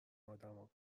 آدما